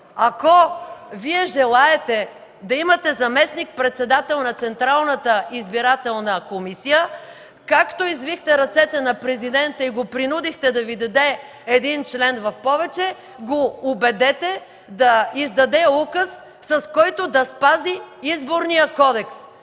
Ако Вие желаете да имате заместник-председател на Централната избирателна комисия, както извихте ръцете на Президента и го принудихте да Ви даде един член в повече, го убедете да издаде указ, с който да спази Изборния кодекс.